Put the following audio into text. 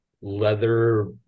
leather